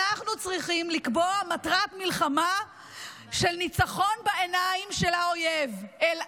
אנחנו צריכים לקבוע מטרת מלחמה של ניצחון בעיניים של האויב: אל-ארד.